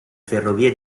ferrovie